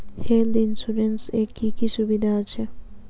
Health insurance এ কি কি সুবিধা আছে?